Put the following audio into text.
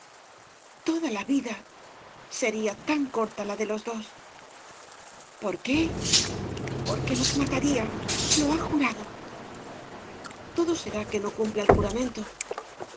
toda la vida sería tan corta la de los dos por qué porque nos mataría lo ha jurado todo será que no cumpla el juramento